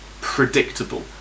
predictable